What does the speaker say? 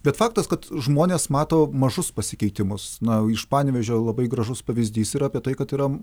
bet faktas kad žmonės mato mažus pasikeitimus na iš panevėžio labai gražus pavyzdys yra apie tai kad yra